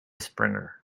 springer